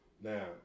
Now